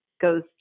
Goes